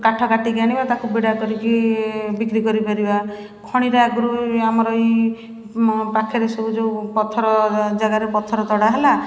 କାଠ କାଟିକି ଆଣିବା ତାକୁ ବିଡ଼ା କରିକି ବିକ୍ରି କରିପାରିବା ଖଣିରେ ଆଗରୁ ଆମର ଏଇ ପାଖରେ ସବୁ ଯେଉଁ ପଥର ଯାଗାରେ ପଥର ତଡ଼ା ହେଲା